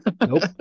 Nope